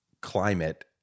climate